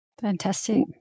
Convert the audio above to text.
Fantastic